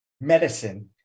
medicine